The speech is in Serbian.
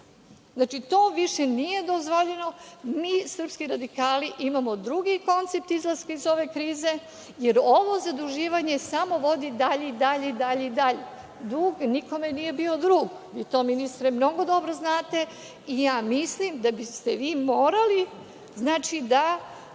To više nije dozvoljeno. Mi srpski radikali imamo drugi koncept izlaska iz ove krize, jer ovo zaduživanje samo vodi dalje i dalje i dalje. Dug nikome nije bio drug. Vi to, ministre, mnogo dobro znate. Ja mislim da biste vi morali da